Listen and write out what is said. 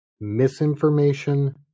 misinformation